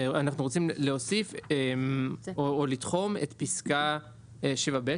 אנחנו רוצים להוסיף או לתחום את פסקה 7 (ב),